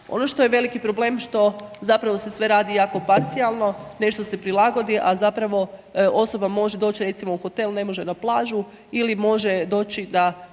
Ono što je veliki problem što zapravo se sve radi jako parcijalno, nešto se prilagodi, a zapravo osoba može doći recimo u hotel, a ne može na plaću ili može doći na